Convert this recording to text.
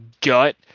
gut